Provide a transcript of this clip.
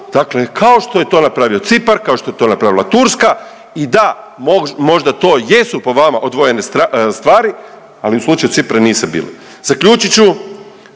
dakle kao što je to napravio Cipar, kao što je to napravila Turska, i da, možda to jesu po vama odvojene stvari, ali u slučaju Cipra niste bili. Zaključit ću,